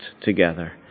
together